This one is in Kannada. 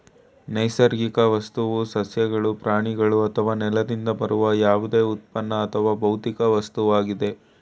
ನೈಸರ್ಗಿಕ ವಸ್ತುವು ಸಸ್ಯಗಳು ಪ್ರಾಣಿಗಳು ಅಥವಾ ನೆಲದಿಂದ ಬರುವ ಯಾವುದೇ ಉತ್ಪನ್ನ ಅಥವಾ ಭೌತಿಕ ವಸ್ತುವಾಗಿದೆ